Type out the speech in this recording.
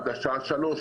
עד השעה 15:00,